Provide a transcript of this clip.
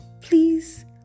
Please